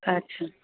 अच्छा